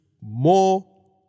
more